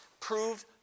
Proved